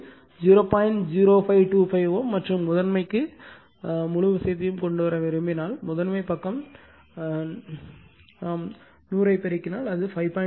0525 Ω மற்றும் முதன்மைக்கு முழு விஷயத்தையும் கொண்டு வர விரும்பினால் முதன்மை பக்கம் 100 ஐ பெருக்கினால் அது 5